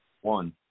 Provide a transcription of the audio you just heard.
one